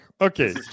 okay